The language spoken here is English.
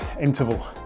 interval